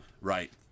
Right